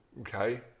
okay